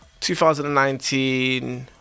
2019